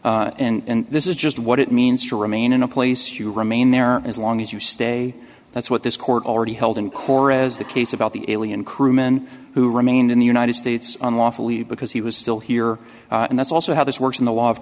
label and this is just what it means to remain in a place you remain there as long as you stay that's what this court already held in cora's the case about the alien crewman who remained in the united states unlawfully because he was still here and that's also how this works in the l